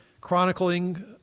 chronicling